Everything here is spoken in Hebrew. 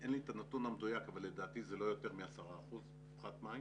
אין לי את הנתון המדויק אבל לדעתי זה לא יותר מ-10% פחת מים.